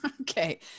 Okay